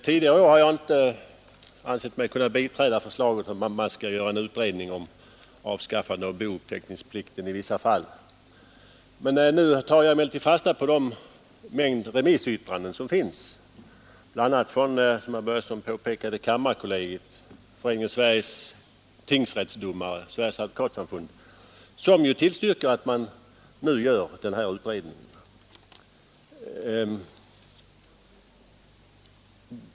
Jag har tidigare inte ansett mig kunna biträda förslaget om en utredning rörande avskaffande av bouppteckningsplikten i vissa fall, men jag tar nu fasta på den mängd remissyttranden som avgivits, bl.a., som herr Börjesson påpekade, från kammarkollegiet, Föreningen Sveriges tingsrättsdomare och Sveriges advokatsamfund, som tillstyrker att en sådan utredning görs.